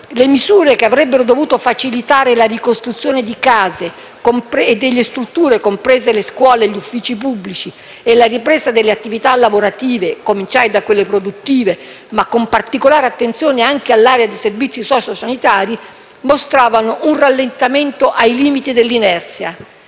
le misure, che avrebbero dovuto facilitare la ricostruzione di case e strutture (comprese le scuole e gli uffici pubblici) e la ripresa delle attività lavorative (a cominciare da quelle produttive, ma con particolare attenzione anche all'area di servizi socio-sanitari), mostravano un rallentamento ai limiti dell'inerzia.